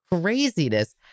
craziness